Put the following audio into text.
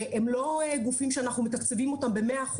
הם לא גופים שאנחנו מתקצבים אותם ב-100%.